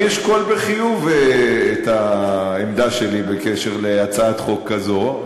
אני אשקול בחיוב את העמדה שלי בקשר להצעת חוק כזאת,